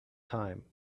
time